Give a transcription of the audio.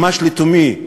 ממש לתומי,